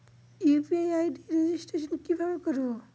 UPI ID registration কিভাবে করব?